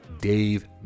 Dave